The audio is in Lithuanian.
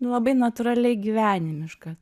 labai natūraliai gyvenimiškas